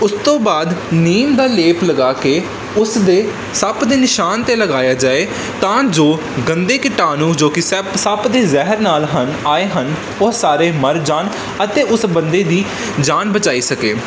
ਉਸ ਤੋਂ ਬਾਅਦ ਨਿੰਮ ਦਾ ਲੇਪ ਲਗਾ ਕੇ ਉਸ ਦੇ ਸੱਪ ਦੇ ਨਿਸ਼ਾਨ 'ਤੇ ਲਗਾਇਆ ਜਾਵੇ ਤਾਂ ਜੋ ਗੰਦੇ ਕੀਟਾਣੂ ਜੋ ਕਿ ਸੈੱਪ ਸੱਪ ਦੇ ਜ਼ਹਿਰ ਨਾਲ ਹਨ ਆਏ ਹਨ ਉਹ ਸਾਰੇ ਮਰ ਜਾਣ ਅਤੇ ਉਸ ਬੰਦੇ ਦੀ ਜਾਨ ਬਚਾਈ ਸਕੇ